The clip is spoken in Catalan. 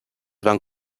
van